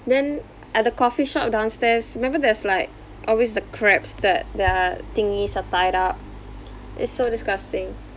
then at the coffee shop downstairs remember there's like always the crabs that their thingies are tied up it's so disgusting